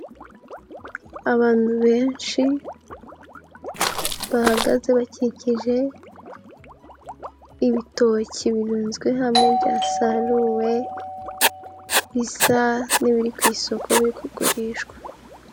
Abantu benshi bahagaze bakikije ibitoki birunzwe hamwe byasaruwe, bisa n'ibiri ku isoko biri kugurishwa.